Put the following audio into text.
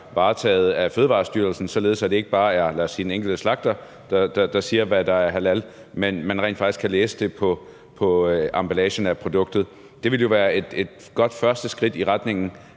varetaget af Fødevarestyrelsen, således at det ikke bare er, lad os sige den enkelte slagter, der siger, hvad der er halal, men at man rent faktisk kan læse det på emballagen af produktet. Det ville jo være et godt første skridt i retning